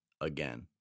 again